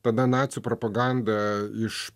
tada nacių propaganda iš